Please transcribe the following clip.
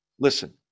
Listen